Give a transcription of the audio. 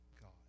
God